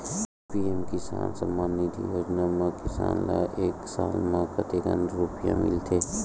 PM किसान सम्मान निधी योजना म किसान ल एक साल म कतेक रुपिया मिलथे?